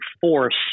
force